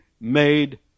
made